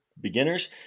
beginners